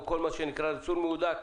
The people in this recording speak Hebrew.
או כל מה שנקרא ריסון מהודק.